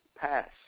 pass